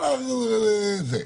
כל זה,